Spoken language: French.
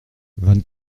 vingt